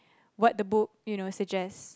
what the book you know suggests